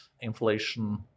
inflation